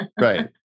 Right